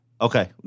Okay